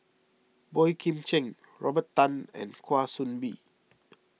Boey Kim Cheng Robert Tan and Kwa Soon Bee